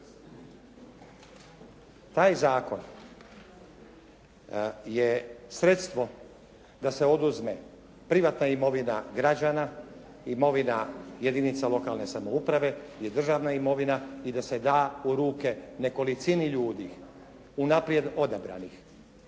Taj zakon je sredstvo da se oduzme privatna imovina građana, imovina jedinica lokalne samouprave i državna imovina i da se da u ruke nekolicini ljudi unaprijed odabranih